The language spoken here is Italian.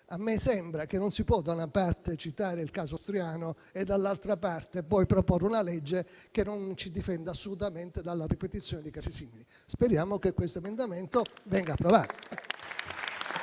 Mi sembra che non si possa - da una parte - citare il caso Striano e - dall'altra parte - poi proporre una legge che non ci difende assolutamente dalla ripetizione di casi simili. Speriamo, quindi, che questo emendamento venga approvato.